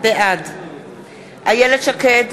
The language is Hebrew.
בעד איילת שקד,